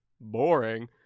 Boring